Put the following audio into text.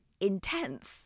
intense